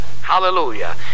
hallelujah